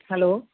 hello